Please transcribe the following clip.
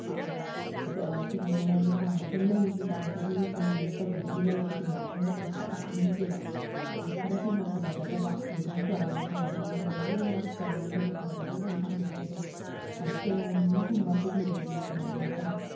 ꯑꯥ ꯑꯠ ꯑꯗ ꯑꯗꯨꯒꯨꯝꯕꯒꯤ ꯃꯑꯣꯡꯗ ꯄꯥꯝꯃꯦ ꯑꯗꯣ ꯂꯩ ꯀꯔꯤ ꯀꯔꯥꯁꯤꯗꯤ ꯀꯃꯥꯏꯅ ꯇꯧꯒꯦ ꯍꯥꯏꯗꯤ ꯂꯩꯁꯤꯗꯤꯅꯦ ꯑꯩꯅ ꯄꯨꯡꯍꯥꯞꯇ ꯍꯥꯞꯅꯤꯡꯗꯦꯕ ꯑꯗ ꯈꯔ ꯍꯦꯟꯅ ꯐꯖꯒꯗꯕ ꯋꯦꯗꯤꯡ ꯐ꯭ꯂꯥꯎꯋꯔꯒꯨꯝꯕ ꯍꯥꯏꯗꯤ ꯂꯨꯍꯣꯡꯕꯒꯤ ꯑꯣꯏꯅ ꯐ꯭ꯂꯥꯎꯋꯔꯁꯦ ꯍꯦꯟꯅ ꯐꯖꯒꯗꯕꯒꯨꯝꯕ ꯍꯥꯞꯅꯤꯡꯉꯦ ꯑꯗꯣ ꯀꯦꯂꯥꯂꯤꯂꯤꯒꯨꯝꯕ ꯑꯗꯨꯒꯨꯝꯕꯗꯤ ꯀꯃꯥꯏꯅ ꯇꯧꯋꯤ